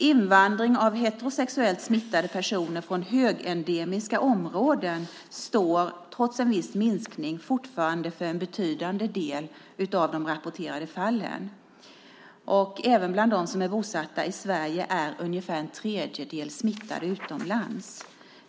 Invandring av heterosexuellt smittade personer från högendemiska områden står fortfarande, trots en viss minskning, för en betydande del av de rapporterade fallen. Även av dem som är bosatta i Sverige är ungefär en tredjedel smittade utomlands.